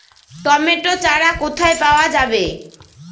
Tomato চারা কোথায় পাওয়া যাবে?